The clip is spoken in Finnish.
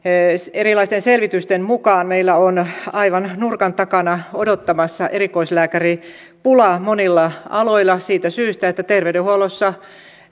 erilaisten selvitysten mukaan meillä on aivan nurkan takana odottamassa erikoislääkäripula monilla aloilla siitä syystä että terveydenhuollossa